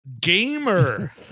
Gamer